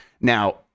now